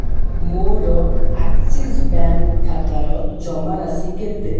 ମୋର Axis bank ଖାତାର ଜମାରାଶି କେତେ